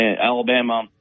Alabama –